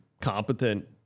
competent